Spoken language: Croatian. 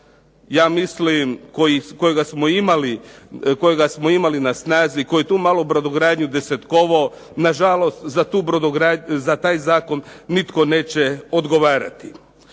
ja mislim kojega smo imali na snazi, koji tu malu brodogradnju desetkovao, na žalost za taj Zakon nitko neće odgovarati.